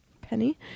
Penny